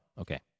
Okay